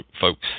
folks